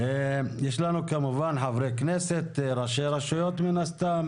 יש לנו כמובן חברי כנסת, ראשי רשויות מן הסתם